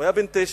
הוא היה בן תשע.